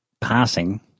passing